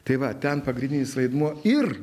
tai va ten pagrindinis vaidmuo ir